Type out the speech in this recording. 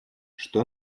что